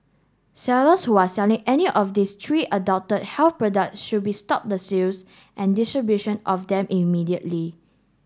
sellers who are selling any of these three adulterated health products should be stop the sales and distribution of them immediately